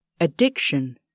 Addiction